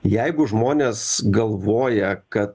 jeigu žmonės galvoja kad